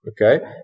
okay